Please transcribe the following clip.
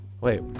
Wait